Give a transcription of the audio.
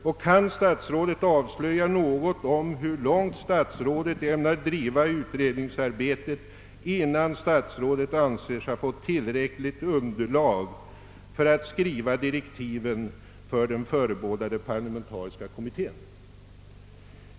Kan herr statsrådet avslöja något om hur långt han ämnar driva utredningsarbetet innan han anser sig ha fått tillräckligt underlag för att skriva direktiven för den förebådade parlamentariska kommittén?